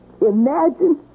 Imagine